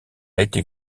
été